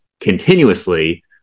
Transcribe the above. continuously